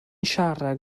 siarad